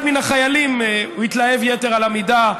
אחד מן החיילים התלהב יתר על המידה,